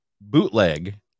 bootleg